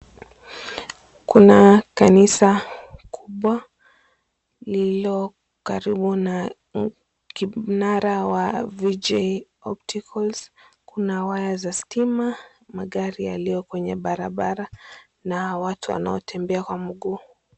Kuna kanisa kubwa lililokaribu na mnara wa 'Vuje Opticals', kuna waya za stima, magari yaliyo kwenye barabara na watu wanaotembea kwa mguu.